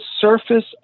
surface